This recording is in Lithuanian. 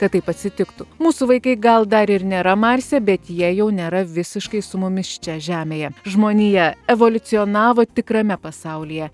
kad taip atsitiktų mūsų vaikai gal dar ir nėra marse bet jie jau nėra visiškai su mumis čia žemėje žmonija evoliucionavo tikrame pasaulyje